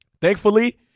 thankfully